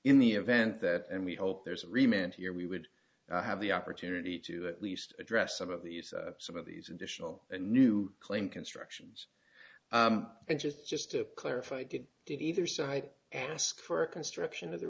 in the event that and we hope there's remained here we would have the opportunity to at least address some of these some of these additional new claim constructions and just just to clarify did did either side ask for a construction of the